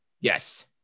Yes